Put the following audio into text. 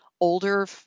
older